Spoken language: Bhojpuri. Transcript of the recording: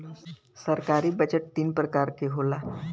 सरकारी बजट तीन परकार के होला